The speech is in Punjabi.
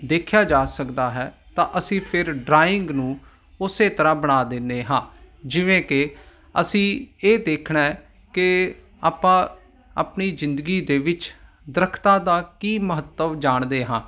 ਦੇਖਿਆ ਜਾ ਸਕਦਾ ਹੈ ਤਾਂ ਅਸੀਂ ਫਿਰ ਡਰਾਇੰਗ ਨੂੰ ਉਸ ਤਰ੍ਹਾਂ ਬਣਾ ਦਿੰਦੇ ਹਾਂ ਜਿਵੇਂ ਕਿ ਅਸੀਂ ਇਹ ਦੇਖਣਾ ਕਿ ਆਪਾਂ ਆਪਣੀ ਜ਼ਿੰਦਗੀ ਦੇ ਵਿੱਚ ਦਰੱਖਤਾਂ ਦਾ ਕੀ ਮਹੱਤਵ ਜਾਣਦੇ ਹਾਂ